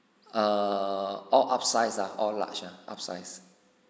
err all upsize ah or larg ah upsize